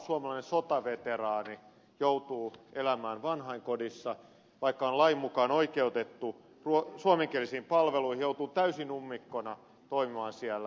suomalainen sotaveteraani joutuu elämään vanhainkodissa vaikka on lain mukaan oikeutettu suomenkielisiin palveluihin joutuu täysin ummikkona toimimaan siellä